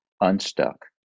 unstuck